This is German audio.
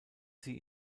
sie